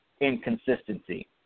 inconsistency